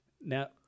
Now